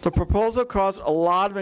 the proposal caused a lot of